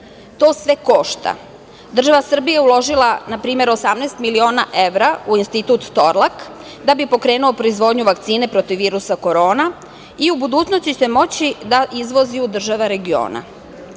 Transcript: To sve košta. Država Srbija uložila je npr. 18 miliona evra u Institut „Torlak“, da bi pokrenuo proizvodnju vakcine protiv virusa korona i u budućnosti će moći da izvozi u države regiona. Srbija